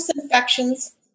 infections